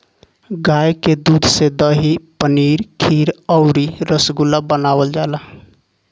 गाय के दूध से दही, पनीर खीर अउरी रसगुल्ला बनावल जाला